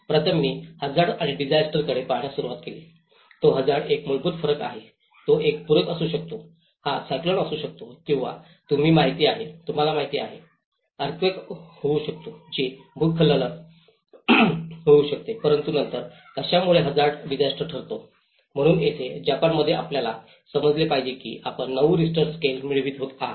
प्रथम मी हझार्ड आणि डिसास्टरकडे पाहण्यास सुरवात केली तो हझार्ड हा एक मूलभूत फरक आहे तो एक पूरच असू शकतो हा सायक्लोन असू शकतो किंवा तुम्हाला माहिती आहे अर्थक्वेक होऊ शकतो हे भूस्खलन होऊ शकते परंतु नंतर कशामुळे हझार्ड डिसास्टर ठरतो म्हणून येथे जपानमध्ये आपल्याला समजले पाहिजे की आपण 9 रिश्टर स्केल मिळवित आहात